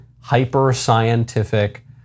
hyper-scientific